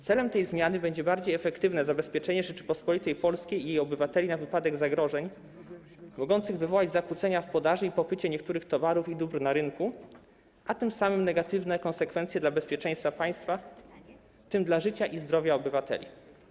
Celem tej zmiany będzie bardziej efektywne zabezpieczenie Rzeczypospolitej Polskiej i jej obywateli na wypadek zagrożeń mogących wywołać zakłócenia w podaży i popycie niektórych towarów i dóbr na rynku, a tym samym - negatywne konsekwencje dla bezpieczeństwa państwa, w tym dla życia i zdrowia obywateli.